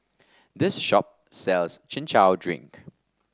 this shop sells Chin Chow Drink